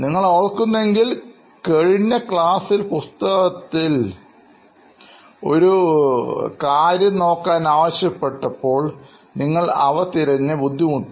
നിങ്ങൾ ഓർക്കുന്നു എങ്കിൽ കഴിഞ്ഞ ക്ലാസ്സിൽ പുസ്തകത്തിൽ ഒരു കാര്യം നോക്കാൻ ആവശ്യപ്പെട്ടപ്പോൾ നിങ്ങൾ അവ തിരഞ്ഞ് ബുദ്ധിമുട്ടി